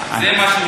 זה מה,